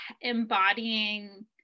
embodying